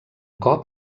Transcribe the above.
cop